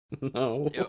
no